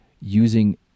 using